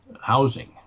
housing